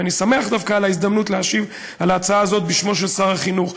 ואני דווקא שמח על ההזדמנות להשיב על ההצעה הזאת בשמו של שר החינוך,